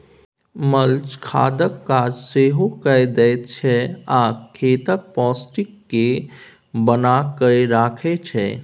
mulch खादक काज सेहो कए दैत छै आ खेतक पौष्टिक केँ बना कय राखय छै